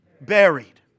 Buried